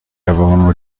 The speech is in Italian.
avevano